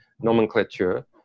nomenclature